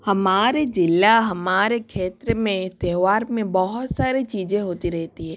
हमारे ज़िला हमारे क्षेत्र में त्यौहार में बहुत सारे चीज़ें होती रेहती है